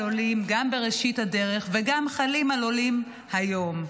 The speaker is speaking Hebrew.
עולים גם בראשית הדרך וגם חלים על עולים היום,